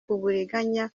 uburiganya